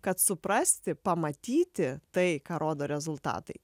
kad suprasti pamatyti tai ką rodo rezultatai